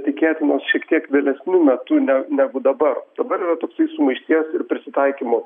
tikėtinos šiek tiek vėlesniu metu ne negu dabar dabar yra toksai sumaišties ir prisitaikymo